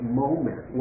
moment